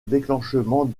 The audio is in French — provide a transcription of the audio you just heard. déclenchement